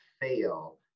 fail